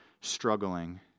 struggling